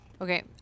okay